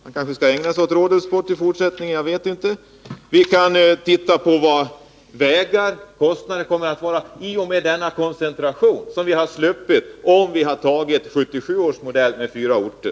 Han kanske skall ägna sig åt rodelsport i fortsättningen — jag vet inte. Vi kan vidare titta på vilka vägkostnaderna blir i och med denna koncentration, som vi sluppit om vi tagit 1977 års modell med fyra orter.